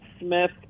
Smith